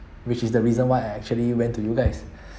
which is the reason why I actually went to you guys